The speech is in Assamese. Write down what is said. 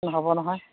নহ'ব নহয়